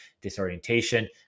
disorientation